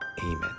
Amen